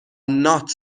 not